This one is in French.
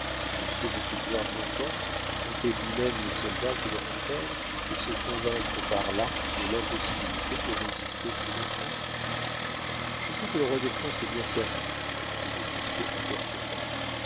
monsieur veut-il voir mon camp compter lui-même les soldats qu'il renferme et se convaincre par là de l'impossibilité de résister plus longtemps je sais que le roi de france est bien servi répondit l'écossais imperturbable